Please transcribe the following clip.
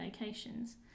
locations